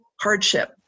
hardship